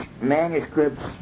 manuscripts